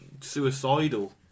suicidal